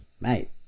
mate